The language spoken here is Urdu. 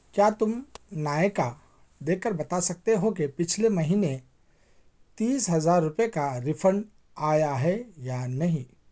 کیا تم نائکا دیکھ کر بتا سکتے ہو کہ پچھلے مہینے تیس ہزار روپئے کا ریفنڈ آیا ہے یا نہیں